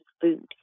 food